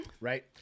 Right